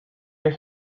your